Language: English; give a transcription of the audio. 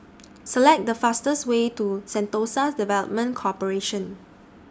Select The fastest Way to Sentosa Development Corporation